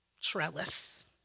trellis